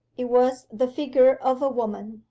it was the figure of a woman.